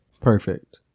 Perfect